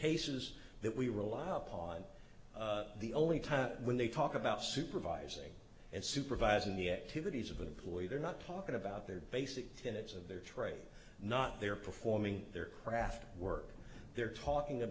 cases that we rely upon the only time when they talk about supervising and supervising the activities of a lawyer they're not talking about their basic tenets of their trade not their performing their craft work they're talking